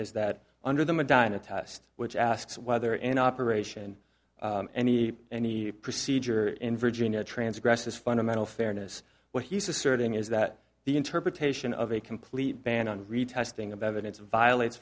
that under the medina test which asks whether an operation any any procedure in virginia transgresses fundamental fairness what he's asserting is that the interpretation of a complete ban on retesting of evidence violates